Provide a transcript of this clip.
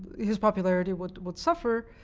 his popularity would would suffer,